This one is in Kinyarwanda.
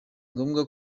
ngombwa